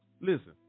Listen